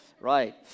right